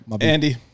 Andy